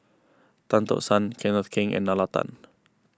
Tan Tock San Kenneth Keng and Nalla Tan